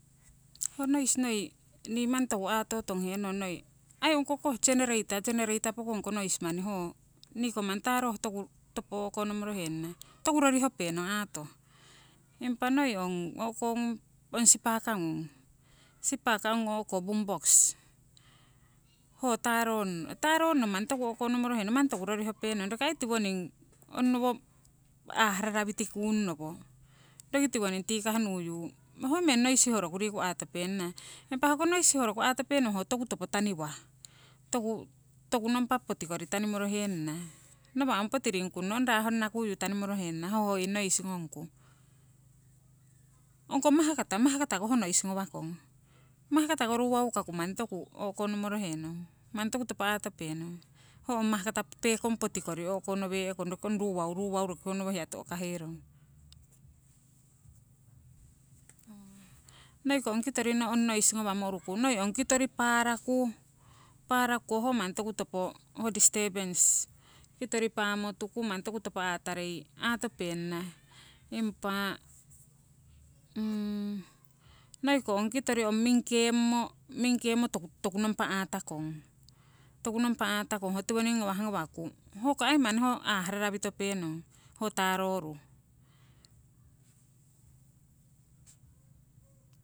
Ho noi nii manni toku aato tong henong noi ai ongko koh genereita, genereita pokong ko manni ho nii ko manni taroh toku topo o'konomorohenana toku rorihopenong aatoh. Impah noi ong o'kongung sipaka ngung, sipaka ngung o'ko boombox ho taronno. Taronno manni toku o'konomorohenong manni toku rorihupenong, roki ai tiwoning honowo aah rarawitikuun nowo, roki tiwoning tikah nuyu ho eng sihoroku aatopenana. Impa hoko sihoroku aatopenong ho toku topo taniwah, toku toku nompa poti kori tanimorohenana, nawa' ong poti ringkunno ong raa honna kuyu tanimorohenana ho hoi ngongku. Ongko mahkata, mahkata ko ho ngawakong. Mahkatah ko ruwau'ku manni toku o'konomorohenong manni toku topo aatopenong, ho ong mahkata pekong poti kori o'konowee'kong roki ong ruwau ruwau roki honowo hiya to'kaherong. noiko ong kitori ho ngawamo uruku, noi ong kitori paaraku, paaraku ho manni toku topo ho distebens. Kitori paamo tuku manni toku topo aatarei aatopenana. Impa noi ko ong kitori ong mingkeemmo, mongkeemmo toku toku nompa aatakong, toku nompa aatakong ho tiwoning ngawah ngawaku hoho ko ai manni aah rarawitopenong ho taroruh.